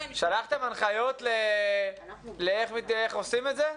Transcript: עם --- שלחתם הנחיות איך עושים את זה?